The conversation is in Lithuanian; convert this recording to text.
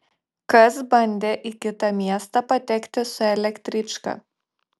kas bandė į kitą miestą patekti su elektryčka